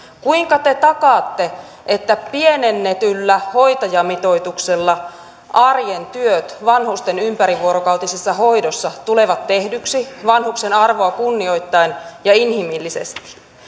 kuinka te takaatte että pienennetyllä hoitajamitoituksella arjen työt vanhusten ympärivuorokautisessa hoidossa tulevat tehdyksi vanhuksen arvoa kunnioittaen ja inhimillisesti